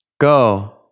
go